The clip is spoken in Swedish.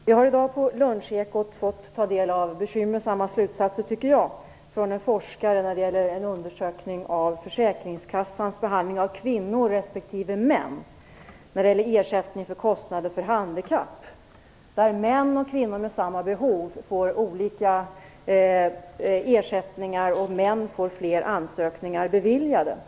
Fru talman! Jag vill ställa min fråga till Lena Jag har i dag på Lunchekot fått ta del av bekymmersamma slutsatser, tycker jag, från en forskare när det gäller en undersökning av Försäkringskassans behandling av kvinnor respektive män när det gäller ersättning för kostnader för handikapp. Män och kvinnor med samma behov får olika ersättningar. Män får fler ansökningar beviljade.